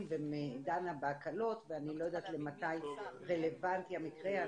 ודנה בהקלות ואני לא יודעת למתי רלוונטי המקרה,